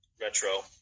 Retro